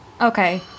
okay